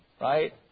right